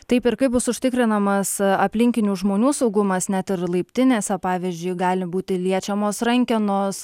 taip ir kaip bus užtikrinamas aplinkinių žmonių saugumas net ir laiptinėse pavyzdžiui gali būti liečiamos rankenos